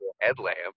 Headlamp